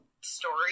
story